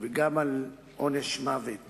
וגם על עונש מוות